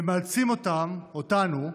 ומאלצים אותם, אותנו,